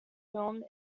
film